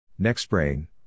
Nextbrain